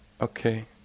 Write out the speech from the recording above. okay